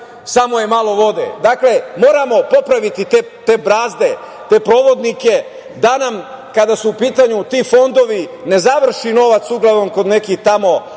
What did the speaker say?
samo je malo vode. Dakle, moramo popraviti te brazde, te provodnike, da nam kada su u pitanju ti fondovi ne završi novac uglavnom kod tamo